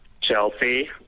Chelsea